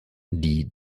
die